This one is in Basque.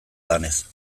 denez